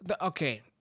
okay